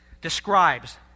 describes